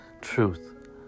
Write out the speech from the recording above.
truth